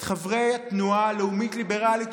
את חברי התנועה הלאומית ליברלית,